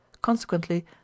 Consequently